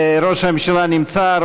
ראש הממשלה נמצא,